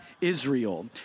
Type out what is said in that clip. Israel